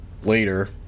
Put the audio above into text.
Later